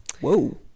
Whoa